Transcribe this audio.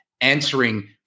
answering